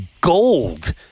gold